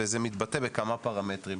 וזה מתבטא בכמה פרמטרים.